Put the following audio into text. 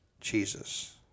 Jesus